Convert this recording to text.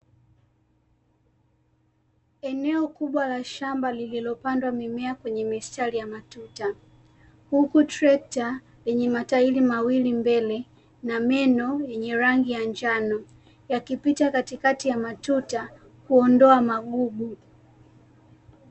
Eneo kubwa la shamba lililopandwa mimea kwenye mistari ya matuta, huku trekta lenye matairi mawili mbele na meno yenye rangi ya njano, yakipita katikati ya matuta kuondoa magugu.